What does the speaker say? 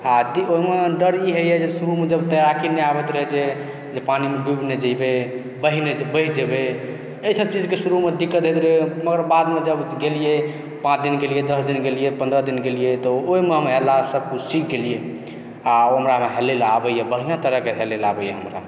आ ओहिमे डर ई होइए शुरूमे जब तैराकी नहि आबैत रहै छै जे पानिमे डुबि नहि जयबै बहि नहि बहि जेबै एहि सभ चीजके शुरूमे दिक्कत होइत रहए मगर बादमे जब गेलियै पाँच दिन गेलियै दस दिन गेलियै पन्द्रह दिन गेलियै तऽ ओहिमे हम हेलला सभकिछु सीख गेलियै आब हमरा हेलैले आबैए बढ़िआँ तरहके हेलैले आबैए हमरा